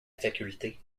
faculté